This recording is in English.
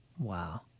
Wow